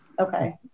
okay